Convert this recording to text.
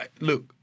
Look